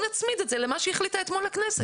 נצמיד את זה למה שהחליטה אתמול הכנסת.